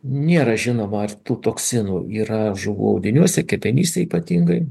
nėra žinoma ar tų toksinų yra žuvų audiniuose kepenyse ypatingai